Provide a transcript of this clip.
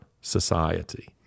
society